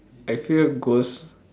I fear ghost